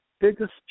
biggest